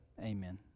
amen